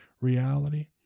reality